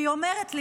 היא אומרת לי: